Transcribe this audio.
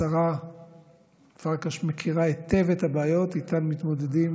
השרה פרקש מכירה היטב את הבעיות שאיתן מתמודדים